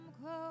close